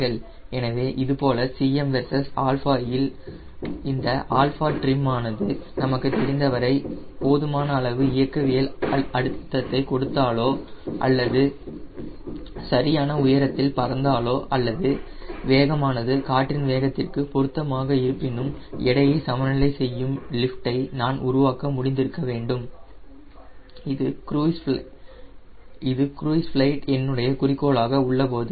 எனவே இதுபோல Cm versus 𝛼 இல் இந்த 𝛼trim ஆனது நமக்கு தெரிந்த வரை நான் போதுமான அளவு இயக்கவியல் அழுத்தத்தை கொடுத்தாலோ அல்லது சரியான உயரத்தில் பறந்தாலோ அல்லது வேகமானது காற்றின் வேகத்திற்கு பொருத்தமாக இருப்பினும் எடையை சமநிலை செய்யும் லிஃப்டை நான் உருவாக்க முடிந்திருக்க வேண்டும் இது க்ரூய்ஸ் ஃபிளைட் என்னுடைய குறிக்கோளாக உள்ளபோது